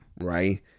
Right